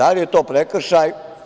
Da li je to prekršaj?